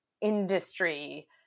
industry